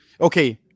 okay